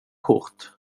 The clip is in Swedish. kort